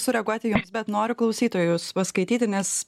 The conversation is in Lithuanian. sureaguoti jums bet noriu klausytojus paskaityti nes